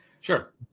Sure